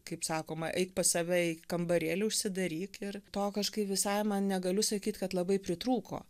kaip sakoma eik pas save į kambarėlį užsidaryk ir to kažkaip visai man negaliu sakyt kad labai pritrūko